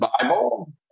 Bible